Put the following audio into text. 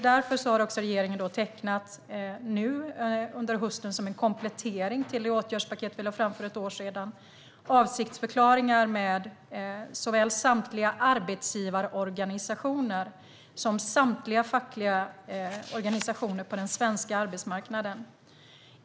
Därför har regeringen under hösten, som en komplettering till det åtgärdspaket som vi lade fram för ett år sedan, tecknat avsiktsförklaringar med såväl samtliga arbetsgivarorganisationer som samtliga fackliga organisationer på den svenska arbetsmarknaden.